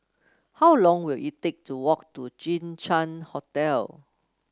how long will it take to walk to Jinshan Hotel